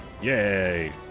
Yay